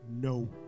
No